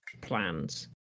plans